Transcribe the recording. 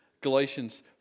Galatians